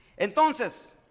Entonces